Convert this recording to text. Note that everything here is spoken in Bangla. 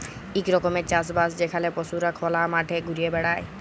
ইক রকমের চাষ বাস যেখালে পশুরা খলা মাঠে ঘুরে বেড়ায়